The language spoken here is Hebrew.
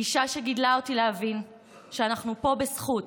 אישה שגידלה אותי להבין שאנחנו פה בזכות